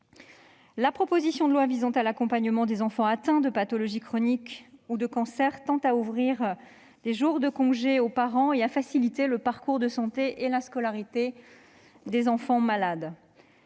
La proposition de loi visant à l'accompagnement des enfants atteints de pathologie chronique ou de cancer tend à ouvrir des jours de congé aux parents et à faciliter le parcours de santé et la scolarité des enfants malades.